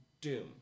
Doom